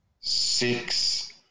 six